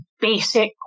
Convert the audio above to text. basic